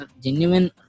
genuine